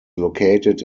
located